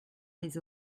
les